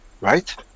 right